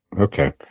Okay